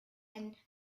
and